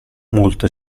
molte